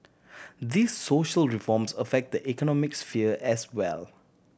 these social reforms affect the economic sphere as well